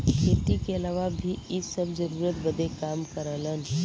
खेती के अलावा भी इ सब जरूरत बदे काम करलन